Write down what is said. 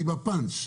אני בפאנץ'.